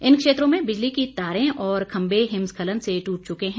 इन क्षेत्रों में बिजली की तारे और खम्भे हिमस्खलन से टूट चुके हैं